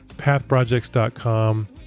pathprojects.com